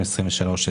כביש 232,